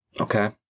Okay